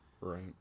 Right